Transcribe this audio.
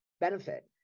benefit